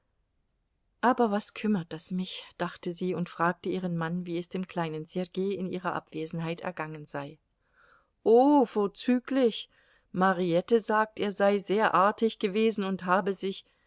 aber was kümmert das mich dachte sie und fragte ihren mann wie es dem kleinen sergei in ihrer abwesenheit ergangen sei oh vorzüglich mariette sagt er sei sehr artig gewesen und habe sich